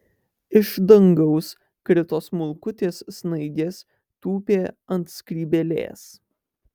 iš dangaus krito smulkutės snaigės tūpė ant skrybėlės